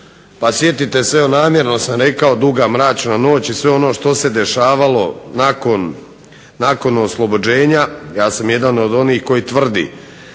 a sjetite se evo namjerno sam rekao duga mračna noć i sve ono što se dešavalo nakon oslobođenja. Ja sam jedan od onih koji tvrdi